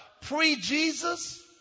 pre-Jesus